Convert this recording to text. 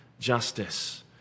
justice